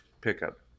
pickup